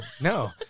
no